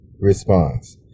response